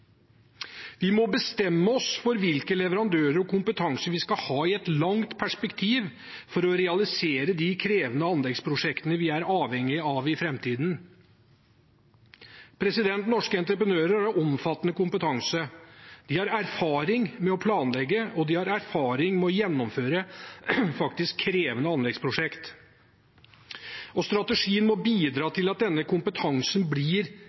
Vi må bestemme oss for hvilke leverandører og hvilken kompetanse vi skal ha i et langt perspektiv for å realisere de krevende anleggsprosjektene vi er avhengige av i framtiden. Norske entreprenører har omfattende kompetanse. De har erfaring med å planlegge, og de har erfaring med å gjennomføre krevende anleggsprosjekter. Strategien må bidra til at denne kompetansen blir